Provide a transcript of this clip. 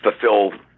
fulfill